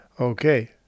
Okay